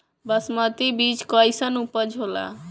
बासमती बीज कईसन उपज होला?